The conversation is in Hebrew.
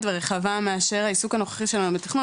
ורחבה מאשר העיסוק הנוכחי של מנהל התכנון,